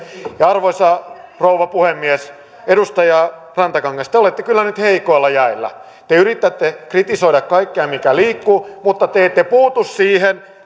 arvoisa rouva puhemies edustaja rantakangas te olette kyllä nyt heikoilla jäillä te yritätte kritisoida kaikkea mikä liikkuu mutta te te ette puutu siihen